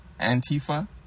antifa